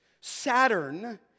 Saturn